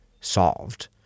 solved